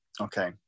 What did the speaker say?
okay